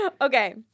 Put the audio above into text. Okay